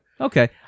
Okay